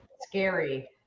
scary